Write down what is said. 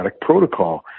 protocol